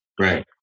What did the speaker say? Right